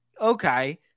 Okay